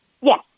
Yes